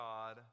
God